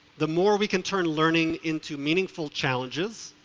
the more we can turn learning into meaningful challenges,